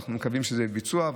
ואנחנו מכוונים שזה יהיה לביצוע,